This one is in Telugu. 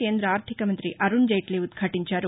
కేంద్రద ఆర్థిక మంతి అరుణ్ జైట్లీ ఉద్బాటించారు